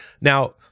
Now